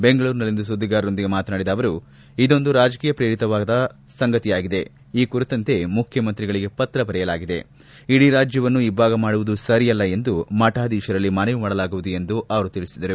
ಬೆಂಗಳೂರಿನಲ್ಲಿಂದು ಸುದ್ದಿಗಾರರೊಂದಿಗೆ ಮಾತನಾಡಿದ ಅವರು ಇದೊಂದು ರಾಜಕೀಯ ಶ್ರೇರಿತವಾಗಿದೆ ಈ ಕುರಿತಂತೆ ಮುಖ್ಯಮಂತ್ರಿಗಳಿಗೆ ಪತ್ರ ಬರೆಯಲಾಗಿದೆ ಇಡೀ ರಾಜ್ಯವನ್ನು ಇಭ್ದಾಗ ಮಾಡುವುದು ಸರಿಯಲ್ಲ ಎಂದು ಮಠಾಧೀಶರಲ್ಲಿ ಮನವಿ ಮಾಡಲಾಗುವುದು ಎಂದು ತಿಳಿಸಿದರು